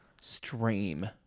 Stream